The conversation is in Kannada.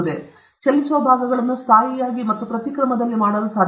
ನಾವು ಚಲಿಸುವ ಭಾಗಗಳನ್ನು ಸ್ಥಾಯಿಯಾಗಿ ಮತ್ತು ಪ್ರತಿಕ್ರಮದಲ್ಲಿ ಮಾಡಲು ಸಾಧ್ಯವೇ